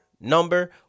number